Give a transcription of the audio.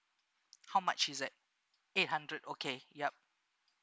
how much is that eight hundred okay yup